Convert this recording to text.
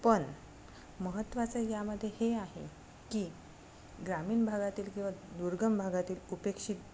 पण महत्त्वाचं यामध्ये हे आहे की ग्रामीण भागातील किंवा दुर्गम भागातील उपेक्षित